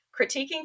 critiquing